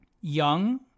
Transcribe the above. young